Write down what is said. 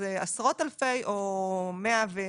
זה עשרות אלפי או 150,000,